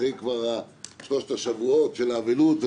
אחרי שלושת השבועות של האבלות.